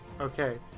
Okay